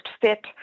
fit